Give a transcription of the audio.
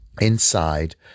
Inside